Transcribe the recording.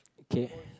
okay